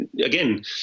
again